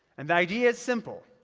and the idea is simple.